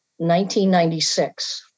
1996